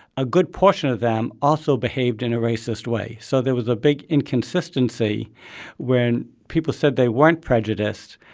a good portion of them also behaved in a racist way. so there was a big inconsistency when people said they weren't prejudiced,